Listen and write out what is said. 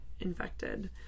infected